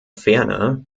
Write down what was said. ferner